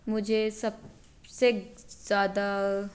मुझे सबसे ज़्यादा